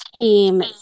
Team